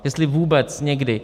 Jestli vůbec někdy.